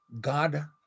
God